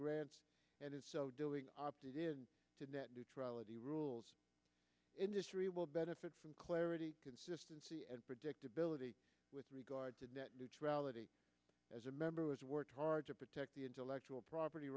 grants and is so doing opted in to net neutrality rules industry will benefit from clarity consistency and predictability with regard to net neutrality as a member has worked hard to protect the intellectual property